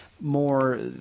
more